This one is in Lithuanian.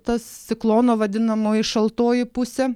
tas ciklono vadinamoji šaltoji pusė